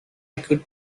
could